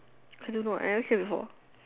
I don't know I never see before